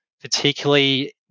particularly